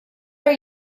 are